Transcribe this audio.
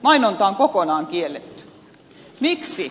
mainonta on kokonaan kielletty